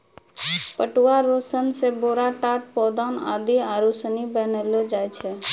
पटुआ रो सन से बोरा, टाट, पौदान, आसनी आरु सनी बनैलो जाय छै